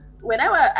Whenever